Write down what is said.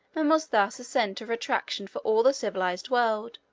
and was thus a center of attraction for all the civilized world.